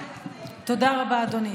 תודה רבה, אדוני.